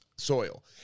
soil